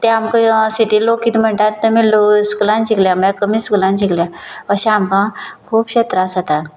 ते आमकां सिटीं लोक कितें म्हणटात तेमी लोव स्कुलांत शिकल्यांत म्हणल्यार कमी स्कुलांत शिकल्यात अशें आमकां खुबशे त्रास जातात